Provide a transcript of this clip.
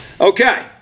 Okay